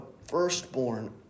firstborn